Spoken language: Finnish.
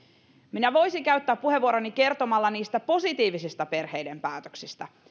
minä voisin käyttää puheenvuoroni kertomalla niistä positiivisista perheiden päätöksistä